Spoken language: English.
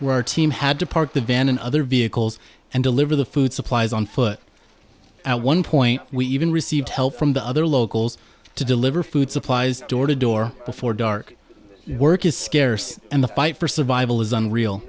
where our team had to park the van and other vehicles and deliver the food supplies on foot at one point we even received help from the other locals to deliver food supplies door to door before dark work is scarce and the fight for survival is unreal